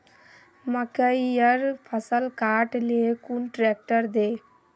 मकईर फसल काट ले कुन ट्रेक्टर दे?